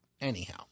anyhow